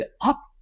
up